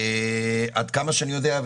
עד כמה שאני יודע,